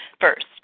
first